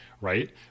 Right